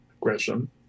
Gresham